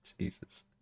Jesus